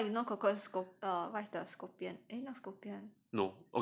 okay lor if not cockroach scorp~ err what is the scorpion eh not scorpion